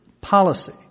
Policy